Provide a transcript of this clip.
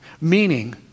meaning